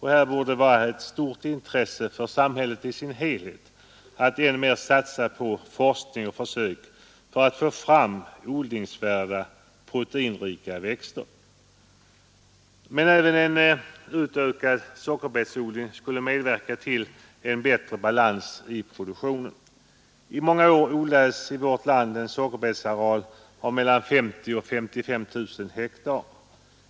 Här borde det vara ett stort intresse för samhället att ännu mer satsa på forskning och försök för att få fram odlingsvärda proteinrika växter. Men även en utökad sockerbetsodling skulle medverka till en bättre balans i produktionen. I många år odlades i vårt land en sockerbetsareal av mellan 50 000 och 55 000 hektar.